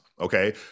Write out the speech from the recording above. okay